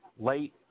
late